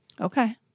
Okay